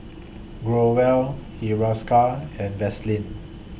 Growell Hiruscar and Vaselin